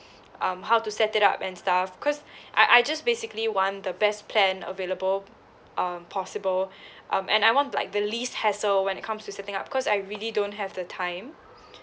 um how to set it up and stuff cause I I just basically want the best plan available um possible um and I want like the least hassle when it comes to setting up cause I really don't have the time